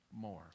more